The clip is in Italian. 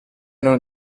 erano